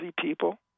people